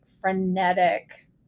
frenetic